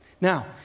Now